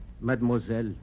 Mademoiselle